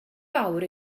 fawr